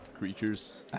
creatures